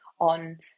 on